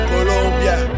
Colombia